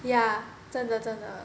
ya 真的真的